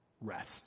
rest